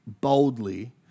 boldly